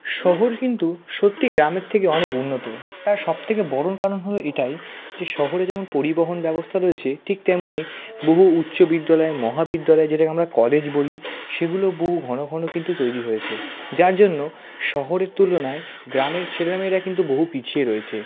শহর কিন্তু সত্যি গ্রামের থেকে অনেক উন্নত তার সব থেকে বড়ো কারণ হলো এটাই যে শহরে যেমন পরিবহন ব্যবস্থা রয়েছে ঠিক তেমনি বহু উচ্চ বিদ্যালয় মহাবিদ্যালয় যেটাকে আমরা কলেজ বলি সেগুলো বহু ঘন ঘন কিন্তু তৈরি হয়েছে যার জন্য শহরের তুলনায় গ্রামের ছেলে মেয়েরা কিন্তু বহু পিছিয়ে রয়েছে